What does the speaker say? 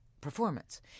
performance